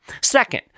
Second